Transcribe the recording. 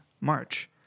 march